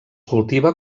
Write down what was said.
cultiva